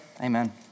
amen